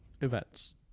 events